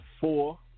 Four